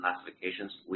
classifications